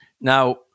Now